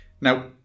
now